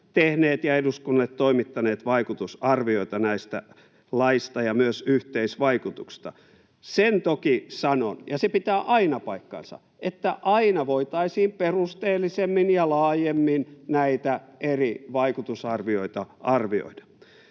tehnyt ja eduskunnalle toimittanut vaikutusarvioita näistä laeista ja myös yhteisvaikutuksista. Sen toki sanon, ja se pitää aina paikkansa, että aina voitaisiin perusteellisemmin ja laajemmin näitä eri vaikutusarvioita arvioida.